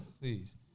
please